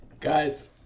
guys